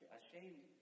ashamed